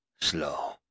slow